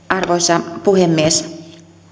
arvoisa puhemies